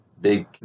big